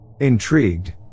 Intrigued